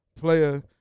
player